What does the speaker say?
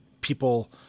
people –